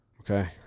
Okay